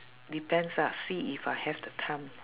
depends ah see if I have the time